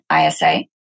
ISA